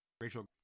Rachel